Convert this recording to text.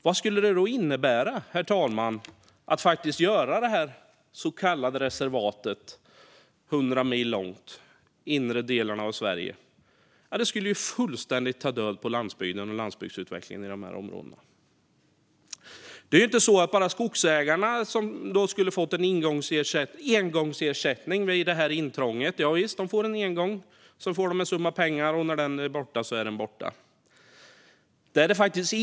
Vad skulle det innebära, herr talman, att göra det så kallade reservatet 100 mil långt i de inre delarna av Sverige? Jo, det skulle fullständigt ta död på landsbygden och landsbygdsutvecklingen i dessa områden. Skogsägarna skulle få en engångsersättning för intrånget, men när den penningsumman är borta är den borta.